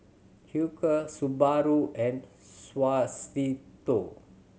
Hilker Subaru and Suavecito